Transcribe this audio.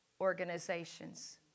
organizations